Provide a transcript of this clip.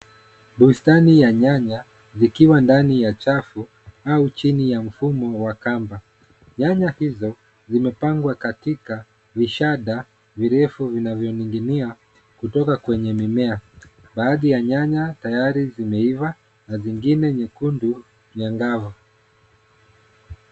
Pustani ya nyanya zikiwa ndani ja chafu au chini ya mfumo wa kamba nyanya hiso zimepangwa katika vishada virefu vinavyo ninginia kutoka kwenye mimea baadhi ya nyanya tayari zimeifa na zingine nyekundu yangawa.